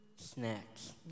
snacks